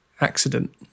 accident